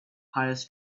hires